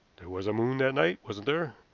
there was a moon that night, wasn't there?